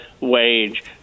wage